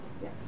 Yes